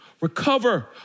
recover